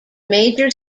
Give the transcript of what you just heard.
major